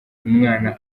umwana